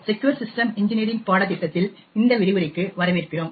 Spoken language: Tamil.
செக்யூர் சிஸ்டம் இன்ஜினியரிங் பாடத்திட்டத்தில் இந்த விரிவுரைக்கு வரவேற்கிறோம்